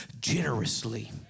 generously